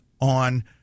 on